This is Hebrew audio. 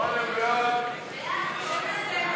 סעיף 16,